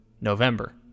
november